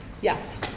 yes